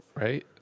right